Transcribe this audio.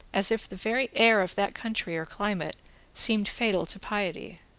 as if the very air of that country or climate seemed fatal to piety.